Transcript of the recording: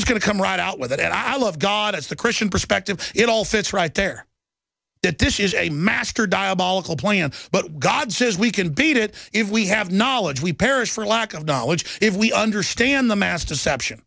to come right out with it and i love god it's the christian perspective it all fits right there that this is a master diabolical plan but god says we can beat it if we have knowledge we perish for lack of knowledge if we understand the mass deception